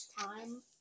time